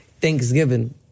Thanksgiving